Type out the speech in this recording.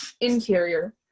Interior